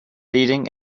leading